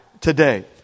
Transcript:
today